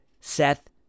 Seth